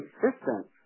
consistent